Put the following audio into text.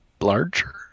larger